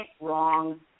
wrong